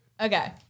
Okay